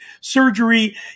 surgery